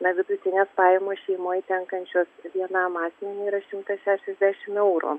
na vidutinės pajamos šeimoj tenkančios vienam asmeniui yra šimtas šešiasdešim eurų